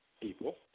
people